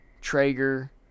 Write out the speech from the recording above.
Traeger